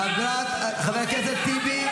חבר הכנסת טיבי,